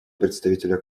представителя